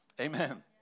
Amen